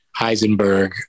Heisenberg